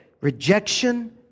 rejection